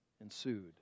ensued